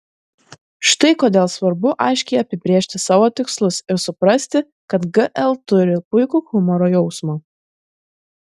štai kodėl svarbu aiškiai apibrėžti savo tikslus ir suprasti kad gl turi puikų humoro jausmą